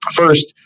first